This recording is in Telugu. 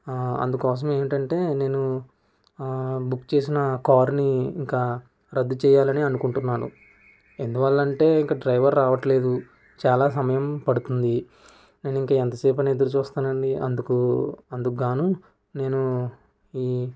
ఆ అందుకోసం ఏమిటంటే నేను బుక్ చేసిన కారుని ఇక రద్దు చేయాలని అనుకుంటున్నాను ఎందువల్లంటే ఇంక డ్రైవర్ రావట్లేదు చాలా సమయం పడుతుంది నేను ఇంక ఎంతసేపు అని ఎదురు చూస్తానండి అందుకు అందుకుగాను నేను ఈ